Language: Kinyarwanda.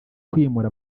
kwimura